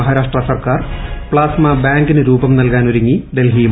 മഹാരാഷ്ട്ര സർക്കാർ പ്ലാസ്മ ബാങ്കിന് രൂപം നൽകാനൊരുങ്ങി ഡ്കൽഷിയും